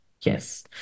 Yes